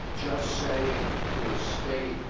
just saying to a state,